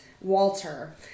Walter